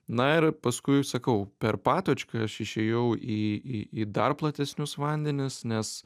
na ir paskui sakau per patočką aš išėjau į į į dar platesnius vandenis nes